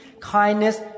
Kindness